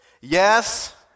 Yes